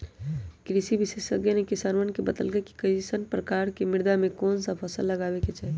कृषि विशेषज्ञ ने किसानवन के बतल कई कि कईसन प्रकार के मृदा में कौन सा फसल लगावे के चाहि